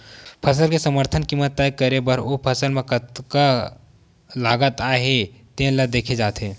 फसल के समरथन कीमत तय करे बर ओ फसल म कतका लागत आए हे तेन ल देखे जाथे